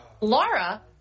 Laura